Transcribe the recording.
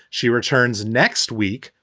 she returns next week,